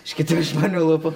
iš kitų iš mano lūpų